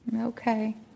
okay